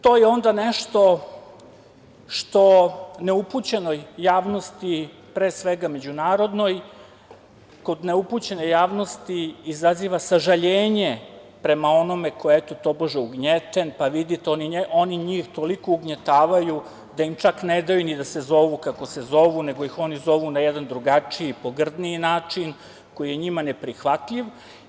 To je onda nešto što neupućenoj javnosti, pre svega međunarodnoj, kod neupućene javnosti izaziva sažaljenje prema onome ko je eto, tobože, ugnjeten, pa vidite oni njih toliko ugnjetavaju da im čak ne daju ni da se zovu kako se zovu, nego ih oni zovu na jedan drugačiji, pogrdniji način, koji je njima neprihvatljiv.